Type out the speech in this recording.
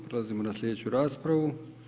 Prelazimo na slijedeću raspravu.